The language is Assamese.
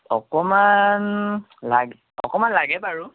অকণমান লাগ অকণমান লাগে বাৰু